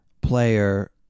player